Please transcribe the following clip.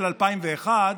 יתפכחו,